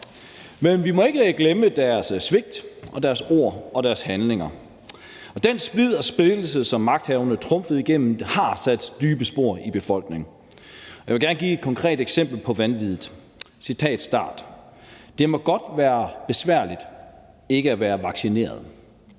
Men vi må ikke glemme deres svigt, deres ord og deres handlinger. Den splid og splittelse, som magthaverne trumfede igennem, har sat dybe spor i befolkningen, og jeg vil gerne give et konkret eksempel på vanviddet: »Det må godt være mere besværligt at være uvaccineret«.